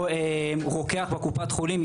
הרוקח בקופת החולים,